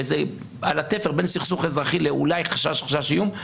וזה על התפר בין סכסוך אזרחי אולי לחשש איום,